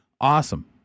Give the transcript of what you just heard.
Awesome